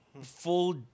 full